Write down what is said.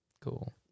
cool